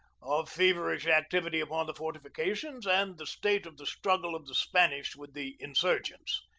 of feverish activity upon the fortifications, and the state of the struggle of the spanish with the insurgents.